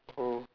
oh